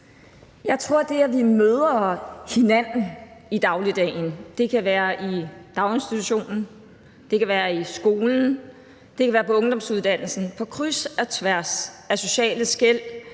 Jeg tror, at det, at vi møder hinanden i dagligdagen – det kan være i daginstitutionen, det kan være i skolen, det kan være på ungdomsuddannelsen – på kryds og tværs af sociale skel,